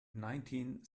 nineteen